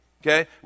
Okay